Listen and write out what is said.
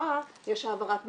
מהשקעה יש העברת מניות.